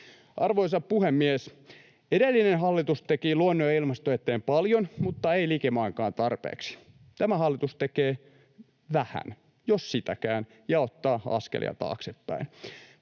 Arvoisa puhemies! Edellinen hallitus teki luonnon ja ilmaston eteen paljon mutta ei likimainkaan tarpeeksi. Tämä hallitus tekee vähän, jos sitäkään, ja ottaa askelia taaksepäin.